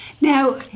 Now